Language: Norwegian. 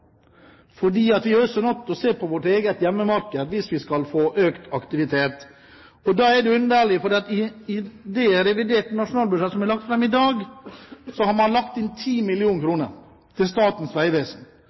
vi er nødt til å se på vårt eget hjemmemarked hvis vi skal få økt aktivitet. Da er det underlig at i det reviderte nasjonalbudsjettet som er lagt fram i dag, har man lagt inn